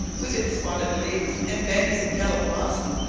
with its spotted leaves and bending yellow blossom,